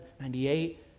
ninety-eight